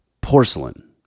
porcelain